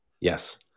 Yes